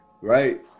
right